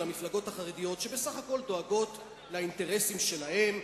אל המפלגות החרדיות שבסך הכול דואגות לאינטרסים שלהן,